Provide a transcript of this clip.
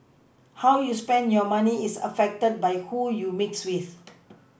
how you spend your money is affected by who you mix with